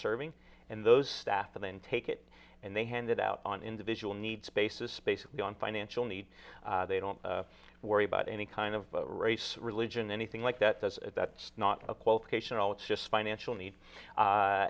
serving and those staff and then take it and they handed out on individual needs basis based on financial needs they don't worry about any kind of race religion anything like that that's that's not a qualification all it's just financial need a